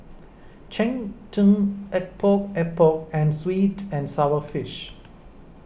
Cheng Tng Epok Epok and Sweet and Sour Fish